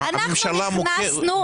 הממשלה מוקמת כבר בתוך שנת התקציב.